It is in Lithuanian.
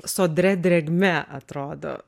sodria drėgme atrodo